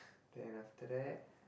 then after that